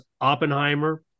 Oppenheimer